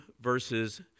verses